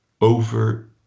over